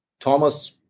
Thomas